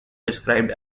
described